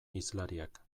hizlariak